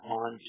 on